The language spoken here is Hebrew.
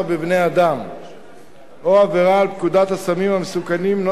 בבני-אדם או עבירה על פקודת הסמים המסוכנים ,